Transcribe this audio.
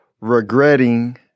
regretting